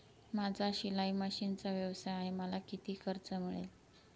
माझा शिलाई मशिनचा व्यवसाय आहे मला किती कर्ज मिळेल?